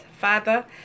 Father